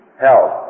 health